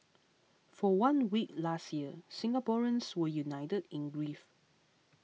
for one week last year Singaporeans were united in grief